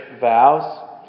vows